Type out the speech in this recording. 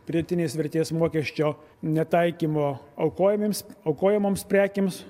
pridėtinės vertės mokesčio netaikymo aukojamiems aukojamoms prekėms